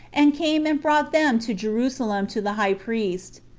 and came and brought them to jerusalem to the high priest.